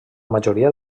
majoria